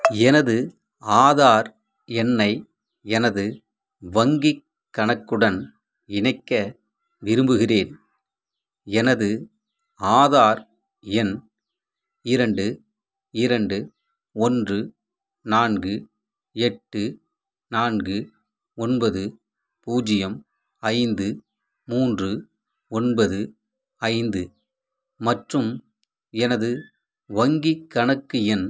எனது ஆதார் எண்ணை எனது வங்கிக் கணக்குடன் இணைக்க விரும்புகிறேன் எனது ஆதார் எண் இரண்டு இரண்டு ஒன்று நான்கு எட்டு நான்கு ஒன்பது பூஜ்ஜியம் ஐந்து மூன்று ஒன்பது ஐந்து மற்றும் எனது வங்கிக் கணக்கு எண்